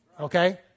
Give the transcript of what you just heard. Okay